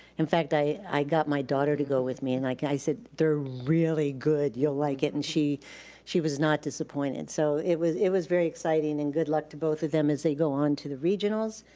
in fact, i i got my daughter to go with me, and like i said, they're really good, you'll like it. and she she was not disappointed. so it was it was very exciting and good luck to both of them as they go on to the regionals,